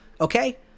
okay